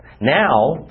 Now